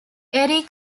erie